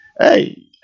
hey